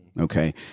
Okay